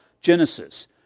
Genesis